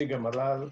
נציג המל"ל,